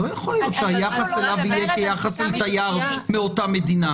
לא יכול להיות שהיחס אליו יהיה כיחס לתייר מאותה מדינה.